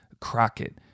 Crockett